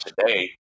today